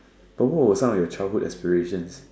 but what was some of your childhood aspirations